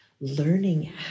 learning